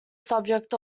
subject